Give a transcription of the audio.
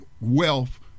wealth